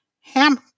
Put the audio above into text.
ham